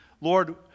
Lord